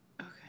okay